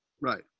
Right